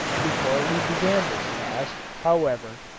before we began this task, however,